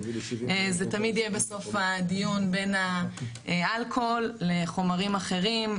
זה תמיד יהיה בסוף הדיון בין האלכוהול לחומרים אחרים,